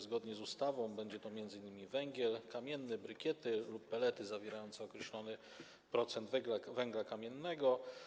Zgodnie z ustawą będzie to m.in. węgiel kamienny, brykiety lub pellety zawierające określony procent węgla kamiennego.